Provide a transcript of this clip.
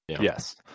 Yes